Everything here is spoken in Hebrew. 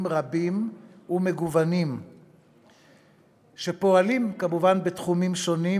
רבים ומגוונים שפועלים כמובן בתחומים שונים.